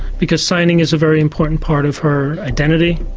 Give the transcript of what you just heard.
because signing is a very important part of her identity.